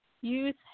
youth